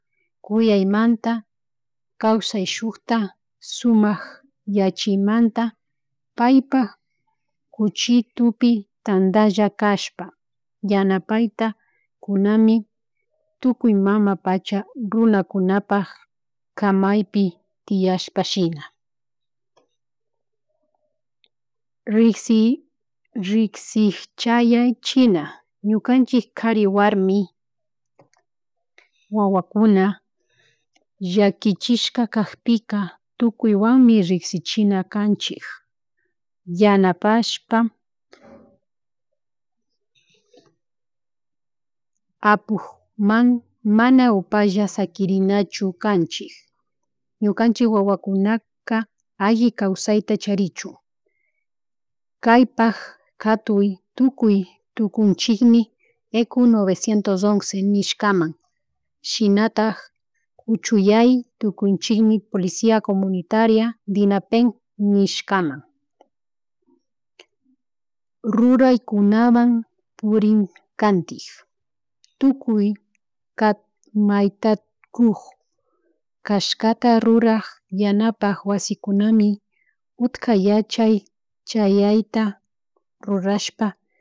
Kuyaymanta kawsak shukta sumak yachimanta paypak kuchutupi tantalla chashpa yanpayta kunami tukuy mamapacha runakunapak kamaypi tiashpashina. Riksi risikchayachina ñukanchik kari warmi wawakuna llakichishka kakpika tukuywanmi riksichina kanchik yanapashpa apukma mana upalla sakirinachu kanchi, ñukanchik wawakunaka alli kawsata charichun kaypak katuy tukuy tunkunchik ecu novecientos once nishkaman shinatak kuchuyay tukunchikmi policía comunitaria, dinapen nishkaman, rurahykunaman purikkantik tukuy ka may ta kuk chashkata rurak yanapak wasikunami utka yachay chayayta rurashpa